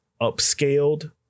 upscaled